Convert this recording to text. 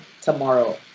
tomorrow